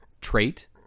trait